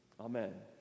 Amen